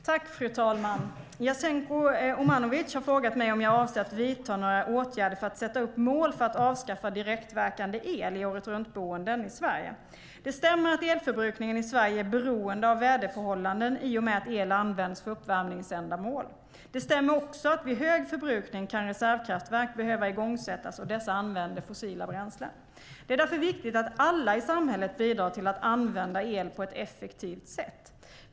Fru talman! Jasenko Omanovic har frågat mig om jag avser att vidta några åtgärder för att sätta upp mål för att avskaffa direktverkande el i åretruntboenden i Sverige. Det stämmer att elförbrukningen i Sverige är beroende av väderförhållanden i och med att el används för uppvärmningsändamål. Det stämmer också att vid hög förbrukning kan reservkraftverk behöva igångsättas, och dessa använder fossila bränslen. Det är därför viktigt att alla i samhället bidrar till att använda el på ett effektivt sätt.